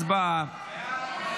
הצבעה.